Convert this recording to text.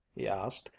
he asked,